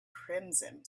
crimson